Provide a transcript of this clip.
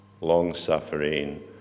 long-suffering